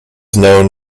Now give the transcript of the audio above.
known